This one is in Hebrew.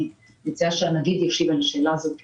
אני מציעה שהנגיד ישיב על השאלה הזאת כי